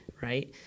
Right